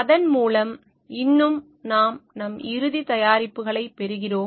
அதன் மூலம் இன்னும் நாம் நம் இறுதி தயாரிப்புகளைப் பெறுகிறோம்